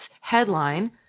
headline